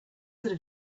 could